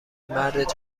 مرد